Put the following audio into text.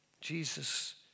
Jesus